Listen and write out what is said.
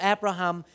Abraham